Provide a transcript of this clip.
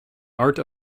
art